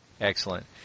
Excellent